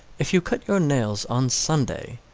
if you cut your nails on sunday,